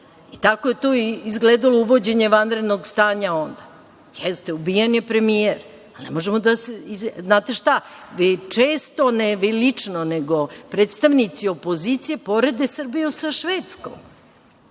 I, tako je to izgledalo uvođenje vanrednog stanja onda. Jeste, ubijen je premijer, ali znate šta, vi često, ne vi lično, nego predstavnici opozicije porede Srbiju sa Švedskom.